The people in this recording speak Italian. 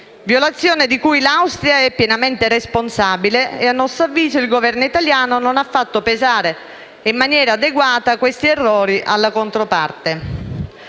violazioni di cui l'Austria è pienamente responsabile e, a nostro avviso, il Governo italiano non ha fatto pesare in maniera adeguata questi errori alla controparte.